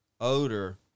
odor